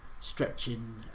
stretching